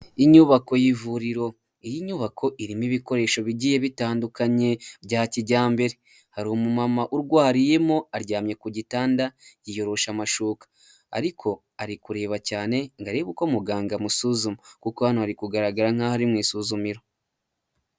Inyubako y'ivuriro iyi, nyubako irimo ibikoresho bigiye bitandukanye bya kijyambere. Harimo umama urwariyemo, aryamye ku gitanda, yiyorosha amashuka, ariko ari kureba cyane ngo arebe uko muganga amusuzuma, kuko hano kugaragara nkaho ari mu isuzumiro.